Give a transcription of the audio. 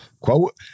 Quote